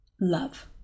love